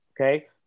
Okay